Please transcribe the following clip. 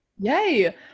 Yay